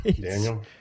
Daniel